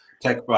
Tech